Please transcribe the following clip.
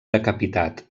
decapitat